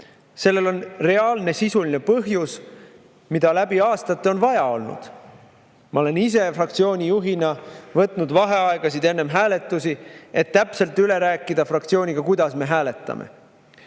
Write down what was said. Sellel on reaalne sisuline põhjus, seda on läbi aastate vaja olnud. Ma olen ise fraktsiooni juhina võtnud vaheaegasid enne hääletusi, et täpselt üle rääkida fraktsiooniga, kuidas me hääletame.